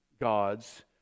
god's